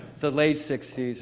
the late sixty